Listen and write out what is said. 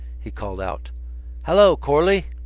he called out hallo, corley!